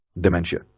dementia